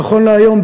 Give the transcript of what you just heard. נכון להיום,